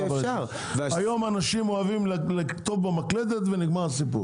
היום אנשים אוהבים לכתוב במקלדת ונגמר הסיפור.